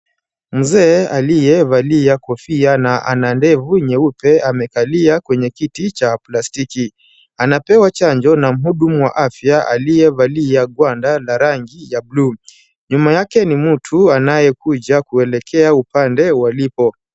Mzee aliyevalia kofia na ana ndevu nyeupe amekalia kwenye kiti cha plastiki. Anapewa chanjo na mhudumu wa afya aliyevalia gwanda la rangi ya bluu. Nyuma yake ni mtu anayekuja kuelekea upande walipo.